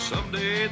Someday